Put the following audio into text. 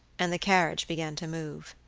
and the carriage began to move.